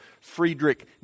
Friedrich